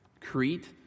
Crete